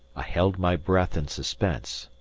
i held my breath in suspense,